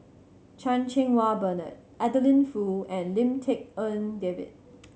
Chan Cheng Wah Bernard Adeline Foo and Lim Tik En David